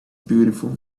beautiful